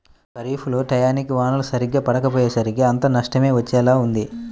ఖరీఫ్ లో టైయ్యానికి వానలు సరిగ్గా పడకపొయ్యేసరికి అంతా నష్టమే వచ్చేలా ఉంది